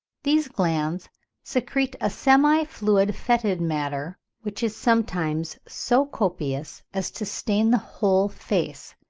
these glands secrete a semi-fluid fetid matter which is sometimes so copious as to stain the whole face,